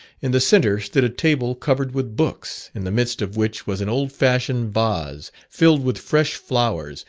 in the centre stood a table covered with books, in the midst of which was an old fashioned vase filled with fresh flowers,